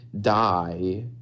die